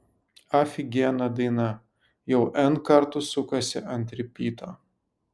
afigiena daina jau n kartų sukasi ant ripyto